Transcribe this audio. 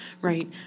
right